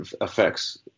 affects